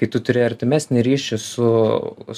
kai tu turi artimesnį ryšį su